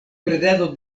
bredado